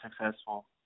successful